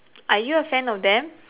are you a fan of them